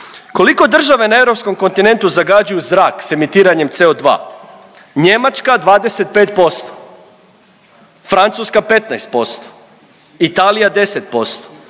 Koliko države na europskom kontinentu zagađuju zrak s emitiranjem CO2? Njemačka 25%, Francuska 15%, Italija 10%,